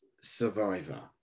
Survivor